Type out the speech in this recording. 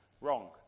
wrong